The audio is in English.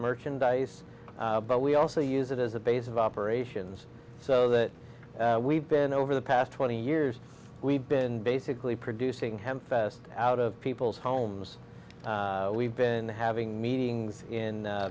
merchandise but we also use it as a base of operations so that we've been over the past twenty years we've been basically producing hamfest out of people's homes we've been having meetings in